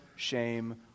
shame